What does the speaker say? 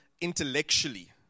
intellectually